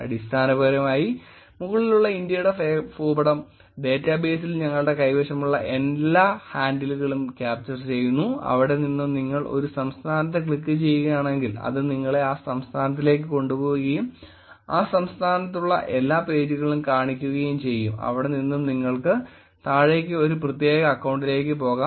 അടിസ്ഥാനപരമായി മുകളിലുള്ള ഇന്ത്യയുടെ ഭൂപടം ഡേറ്റബേസിൽ ഞങ്ങളുടെ കൈവശമുള്ള എല്ലാ ഹാൻഡിലുകളും ക്യാപ്ചർ ചെയ്യുന്നു അവിടെ നിന്ന് നിങ്ങൾ ഒരു സംസ്ഥാനത്ത് ക്ലിക്കുചെയ്യുകയാണെങ്കിൽ അത് നിങ്ങളെ ആ സംസ്ഥാനത്തിലേക്ക് കൊണ്ടുപോകുകയും ആ സംസ്ഥാനത്തുള്ള എല്ലാ പേജുകളും കാണിക്കുകയും ചെയ്യും അവിടെ നിന്നും നിങ്ങൾക്ക് താഴേക്ക് ഒരു പ്രത്യേക അക്കൌണ്ടിലേക്ക് പോകാം